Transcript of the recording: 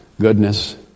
goodness